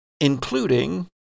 including